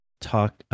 talk